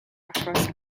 across